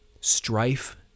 strife